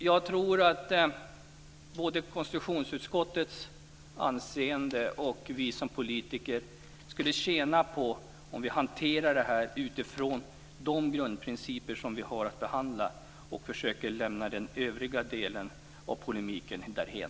Jag tror att både konstitutionsutskottets anseende och vi politiker skulle tjäna på om vi i den här frågan hanterade de grundprinciper vi har att behandla och försökte lämna den övriga delen av polemiken därhän.